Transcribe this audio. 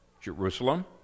Jerusalem